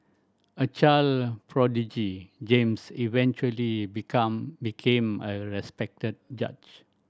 a child prodigy James eventually become became a respected judge